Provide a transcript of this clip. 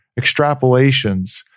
extrapolations